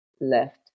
left